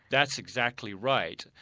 that's exactly right.